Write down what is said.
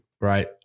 right